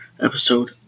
episode